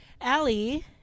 Allie